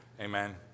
Amen